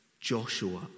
Joshua